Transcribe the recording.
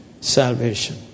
salvation